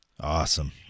Awesome